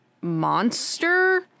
monster